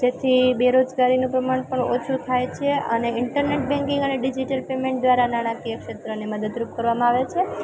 જેથી બેરોજગારીનું પ્રમાણ પણ ઓછું થાય છે અને ઈન્ટરનેટ બેન્કિંગ અને ડિઝિટલ પેમેન્ટ દ્વારા નાણાકીય ક્ષેત્રને મદદરૂપ કરવામાં આવે છે